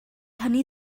hynny